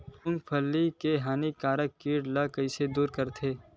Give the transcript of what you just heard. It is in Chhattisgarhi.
मूंगफली के हानिकारक कीट ला कइसे दूर करथे?